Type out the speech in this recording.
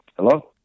Hello